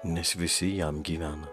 nes visi jam gyvena